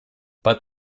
but